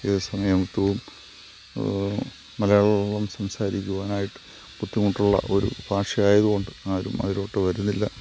ഏത് സമയത്തും മലയാളം സംസാരിക്കുവാനായിട്ട് ബുദ്ധിമുട്ടുള്ള ഒരു ഭാഷ ആയതുകൊണ്ട് ആരും അതിലോട്ട് വരുന്നില്ല